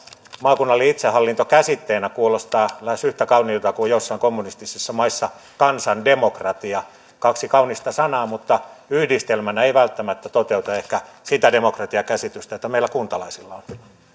maakunnallinen itsehallinto käsitteenä kuulostaa lähes yhtä kauniilta kuin joissain kommunistisissa maissa kansandemokratia kaksi kaunista sanaa mutta yhdistelmänä ei välttämättä toteuta ehkä sitä demokratiakäsitystä mikä meillä kuntalaisilla on